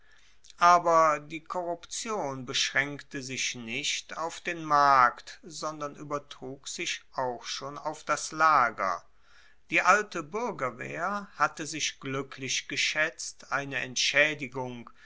aber die korruption beschraenkte sich nicht auf den markt sondern uebertrug sich auch schon auf das lager die alte buergerwehr hatte sich gluecklich geschaetzt eine entschaedigung